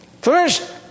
First